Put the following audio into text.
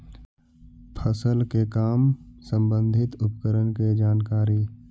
फसल के काम संबंधित उपकरण के जानकारी?